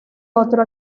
otro